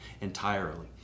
entirely